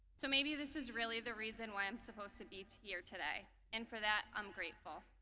so maybe this is really the reason why i'm supposed to be here today. and for that i'm grateful.